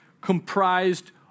comprised